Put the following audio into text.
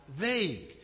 vague